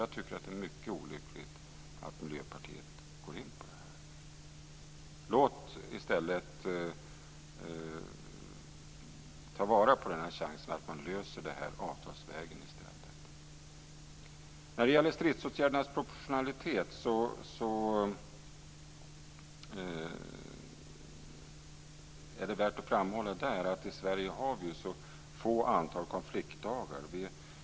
Jag tycker att det är mycket olyckligt att Miljöpartiet går in på det här. Ta i stället vara på chansen att man får lösa det här avtalsvägen. När det gäller stridsåtgärdernas proportionalitet är det värt att framhålla att vi i Sverige har ett så litet antal konfliktdagar.